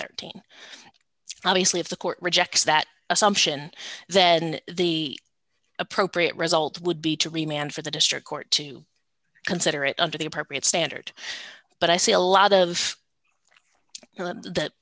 dollars obviously if the court rejects that assumption then the appropriate result would be to remain and for the district court to consider it under the appropriate standard but i see a lot of that